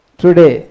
today